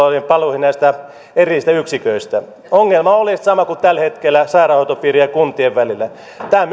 oleviin palveluihin näistä erillisistä yksiköistä ongelma on sama kuin tällä hetkellä sairaanhoitopiirien ja kuntien välillä tämä